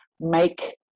make